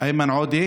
איימן עודה,